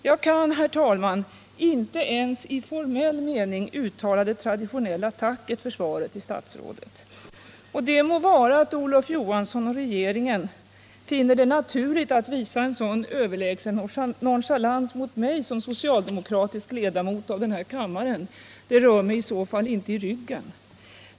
Jag kan, herr talman, inte ens formellt uttala det traditionella tacket för svaret på interpellationen till statsrådet. Det må vara att Olof Johansson och regeringen finner det naturligt att visa en sådan överlägsenhet och nonchalans mot mig som socialdemokratisk ledamot av den här kammaren. Det rör mig i så fall inte i ryggen.